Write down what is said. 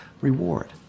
reward